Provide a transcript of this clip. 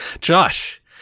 Josh